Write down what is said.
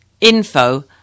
Info